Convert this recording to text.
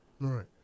Right